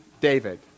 David